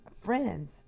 friends